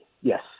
Yes